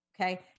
okay